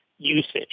Usage